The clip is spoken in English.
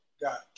got